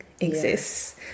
exists